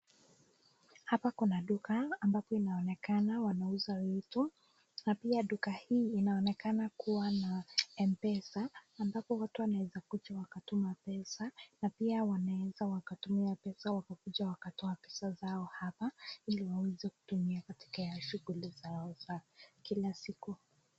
Hapa kuna duka ambapo inaonekana wanauzwa vitu, na pia duka hii inaonekana kuwa na mpesa ambapo watu wanaeza kuja wakatuma pesa, na pia wanaweza wakatumiwa pesa wakakuja wakatoa pesa zao hapa ili waweze kitumia katika shughuli zao za kila siku.